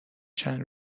چند